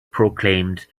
proclaimed